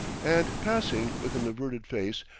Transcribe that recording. and, passing with an averted face,